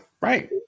Right